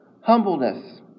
humbleness